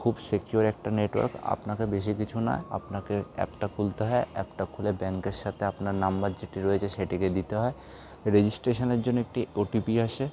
খুব সিকিওর একটা নেটওয়ার্ক আপনাকে বেশি কিছু না আপনাকে অ্যাপটা খুলতে হয় অ্যাপটা খুলে ব্যাঙ্কের সাথে আপনার নম্বর যেটি রয়েছে সেটিকে দিতে হয় রেজিস্ট্রেশনের জন্য একটি ওটিপি আসে